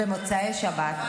במוצאי שבת.